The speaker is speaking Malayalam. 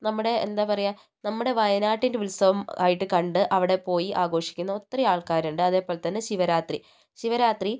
നമ്മുടെ എന്താ പറയുക നമ്മുടെ വയനാട്ടിന്റെ ഉത്സവം ആയിട്ട് കണ്ട് അവിടെ പോയി ആഘോഷിക്കുന്ന ഒത്തിരി ആൾക്കാരുണ്ട് അതേപോലെതന്നെ ശിവരാത്രി ശിവരാത്രി